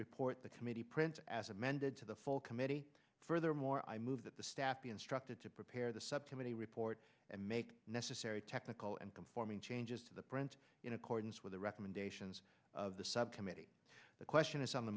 report the committee printed as amended to the full committee furthermore i move that the staff be instructed to prepare the subcommittee report and make necessary technical and conforming changes to the prince in accordance with the recommendations of the subcommittee the question is on the